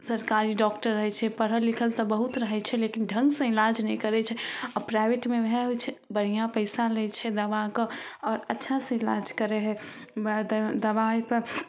सरकारी डॉक्टर रहै छै पढ़ल लिखल तऽ बहुत रहै छै लेकिन ढङ्गसे इलाज नहि करै छै आओर प्राइवेटमे वएह होइ छै बढ़िआँ पइसा लै छै दबाकऽ आओर अच्छासे इलाज करै हइ वएह द दवाइपर